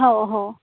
हो हो